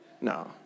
No